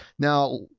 Now